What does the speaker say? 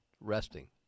resting